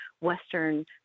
Western